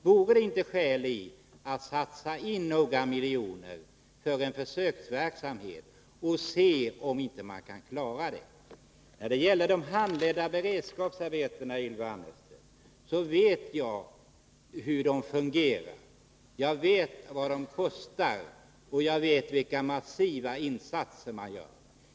Vore det inte skäl att satsa några miljoner i en försöksverksamhet för att se om vi inte kan rädda dem från utslagning? Jag vet, Ylva Annerstedt, hur de handledda beredskapsarbetena fungerar, vad de kostar och vilka massiva insatser som görs.